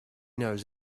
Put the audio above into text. knows